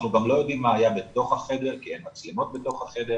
אנחנו גם לא יודעים מה היה בתוך החדר כי אין מצלמות בתוך החדר,